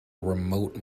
remote